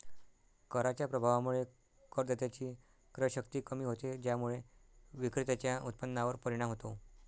कराच्या प्रभावामुळे करदात्याची क्रयशक्ती कमी होते, ज्यामुळे विक्रेत्याच्या उत्पन्नावर परिणाम होतो